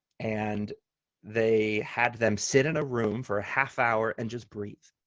and they had them sit in a room for a half hour and just breathe,